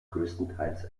größtenteils